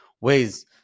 ways